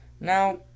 now